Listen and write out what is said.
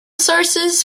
sources